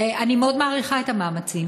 אני מאוד מעריכה את המאמצים.